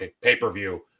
pay-per-view